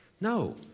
No